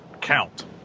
count